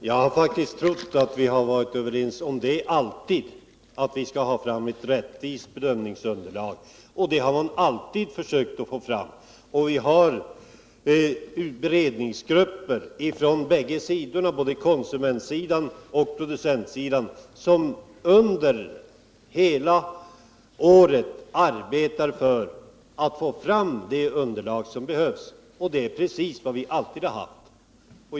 Herr talman! Jag trodde faktiskt att vi alltid varit överens om att vi skall försöka ta fram ett rättvist bedömningsunderlag. Det har vi alltid försökt. Vi har beredningsgrupper från både konsumentsidan och producentsidan vilka under hela året arbetar för att få fram det underlag som behövs. Detta har vi alltid haft.